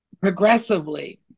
progressively